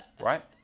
right